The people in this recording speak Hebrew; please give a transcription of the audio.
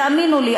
תאמינו לי,